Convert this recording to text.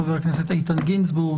חבר הכנסת איתן גינזבורג,